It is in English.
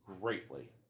greatly